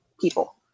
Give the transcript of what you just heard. people